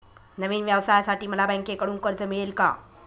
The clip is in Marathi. नवीन व्यवसायासाठी मला बँकेकडून कर्ज मिळेल का?